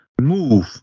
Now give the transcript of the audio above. move